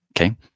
Okay